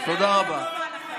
תודה רבה.